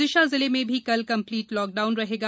विदिशा जिले में भी कल कम्पलीट लॉकडाउन रहेगा